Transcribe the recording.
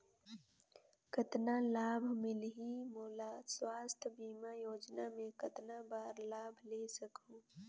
कतना लाभ मिलही मोला? स्वास्थ बीमा योजना मे कतना बार लाभ ले सकहूँ?